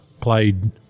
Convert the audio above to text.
played